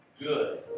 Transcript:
good